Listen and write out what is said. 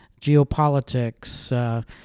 geopolitics